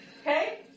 Okay